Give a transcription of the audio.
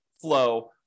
flow